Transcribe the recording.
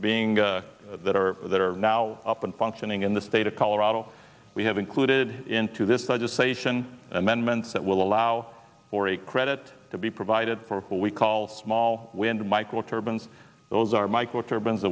being that are that are now up and functioning in the state of colorado we have included into this legislation amendments that will allow for a credit to be provided for what we call small window micro turbans those are micro turb